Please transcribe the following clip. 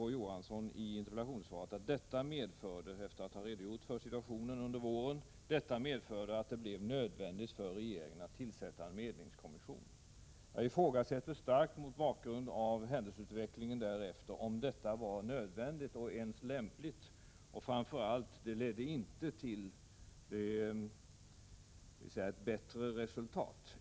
Å. Johansson, efter att ha redogjort för situationen under våren: ”Detta medförde att det blev nödvändigt för regeringen att tillsätta en medlingskommission.” Mot bakgrund av händelseutvecklingen därefter ifrågasätter jag starkt om detta var nödvändigt eller ens lämpligt. Framför allt ledde det inte till ett bättre resultat.